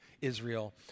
Israel